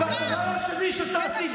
והדבר השני שתעשי,